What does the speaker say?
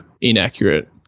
inaccurate